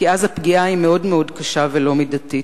כי אז הפגיעה היא מאוד מאוד קשה ולא מידתית.